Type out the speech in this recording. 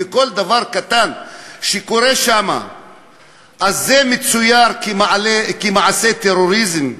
וכל דבר קטן שקורה שם מצויר כמעשה טרוריזם?